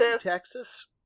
Texas